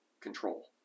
control